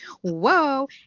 whoa